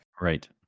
Right